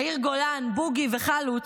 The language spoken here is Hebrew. יאיר גולן, בוגי וחלוץ,